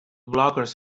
blockers